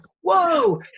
whoa